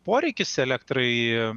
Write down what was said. poreikis elektrai